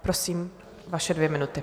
Prosím, vaše dvě minuty.